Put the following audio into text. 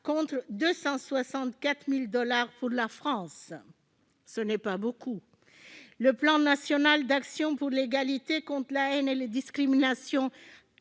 contre 264 000 dollars pour la France ... Ce n'est pas beaucoup ! Le plan national d'actions pour l'égalité des droits, contre la haine et les discriminations